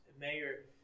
mayor